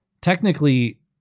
Technically